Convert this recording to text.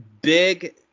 big